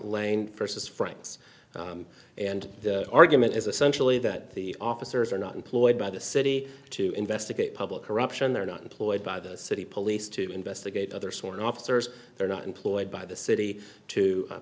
lane versus franks and argument is essential a that the officers are not employed by the city to investigate public corruption they're not employed by the city police to investigate other sworn officers they're not employed by the city to